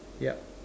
yup